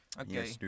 Okay